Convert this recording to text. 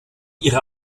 ihre